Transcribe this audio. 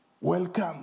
welcome